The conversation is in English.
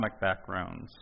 backgrounds